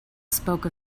spoke